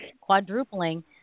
quadrupling